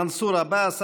מנסור עבאס,